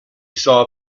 saw